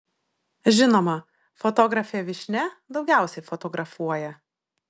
žinoma fotografė vyšnia daugiausiai fotografuoja